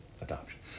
adoption